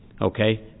okay